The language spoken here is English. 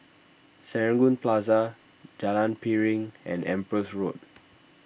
Serangoon Plaza Jalan Piring and Empress Road